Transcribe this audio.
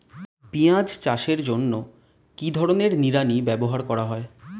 পিঁয়াজ চাষের জন্য কি ধরনের নিড়ানি ব্যবহার করা হয়?